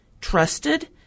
trusted